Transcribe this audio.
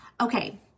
Okay